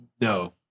No